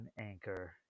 Anchor